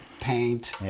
paint